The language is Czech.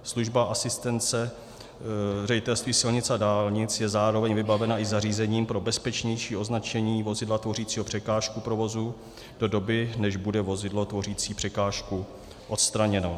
Služba asistence Ředitelství silnic a dálnic je zároveň vybavena i zařízením pro bezpečnější označení vozidla tvořícího překážku provozu do doby, než bude vozidlo tvořící překážku odstraněno.